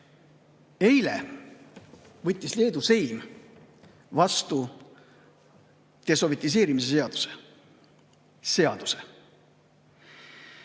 Eile võttis Leedu seim vastu desovetiseerimise seaduse. Seaduse,